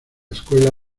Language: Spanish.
escuela